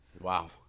Wow